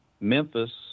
Memphis